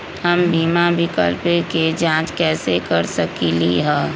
हम बीमा विकल्प के जाँच कैसे कर सकली ह?